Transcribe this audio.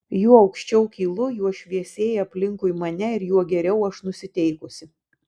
juo aukščiau kylu juo šviesėja aplinkui mane ir juo geriau aš nusiteikusi